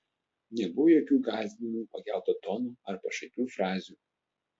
nebuvo jokių gąsdinimų pakelto tono ar pašaipių frazių